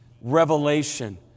Revelation